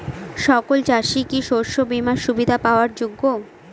সকল চাষি কি শস্য বিমার সুবিধা পাওয়ার যোগ্য?